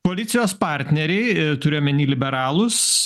koalicijos partneriai turiu omeny liberalus